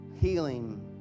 healing